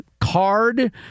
card